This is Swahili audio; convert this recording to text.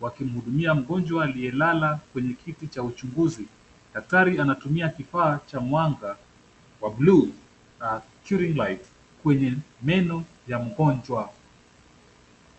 wakimhudumia mgojwa aliyelala kwenye kiti cha uchunguzi. Daktari anatumia kifaa cha mwanga wa buluu mercury light kwenye meno ya mgojwa.